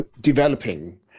developing